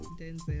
Denzel